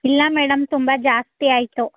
ಇಲ್ಲ ಮೇಡಮ್ ತುಂಬ ಜಾಸ್ತಿ ಆಯಿತು